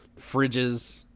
fridges